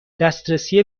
دسترسی